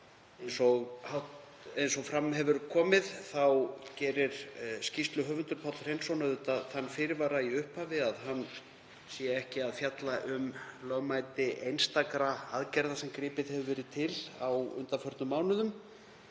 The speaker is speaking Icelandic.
Eins og fram hefur komið gerir skýrsluhöfundur, Páll Hreinsson, þann fyrirvara í upphafi að hann sé ekki að fjalla um lögmæti einstakra aðgerða sem gripið hefur verið til á undanförnum mánuðum.